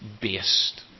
based